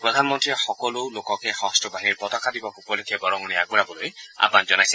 প্ৰধানমন্ত্ৰীয়ে সকলো লোককে সশন্ত্ৰ বাহিনীৰ পতাকা দিৱস উপলক্ষে বৰঙণি আগবঢ়াবলৈ আহান জনাইছে